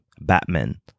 batman